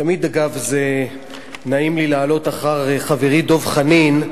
תמיד, אגב, נעים לי לעלות אחר חברי דב חנין,